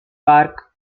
park